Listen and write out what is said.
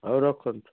ହେଉ ରଖନ୍ତୁ